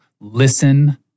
Listen